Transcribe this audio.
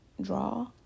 draw